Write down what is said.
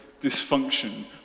dysfunction